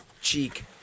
cheek